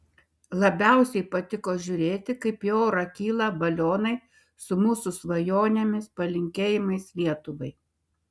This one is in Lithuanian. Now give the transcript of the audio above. labiausiai patiko žiūrėti kaip į orą kyla balionai su mūsų svajonėmis palinkėjimais lietuvai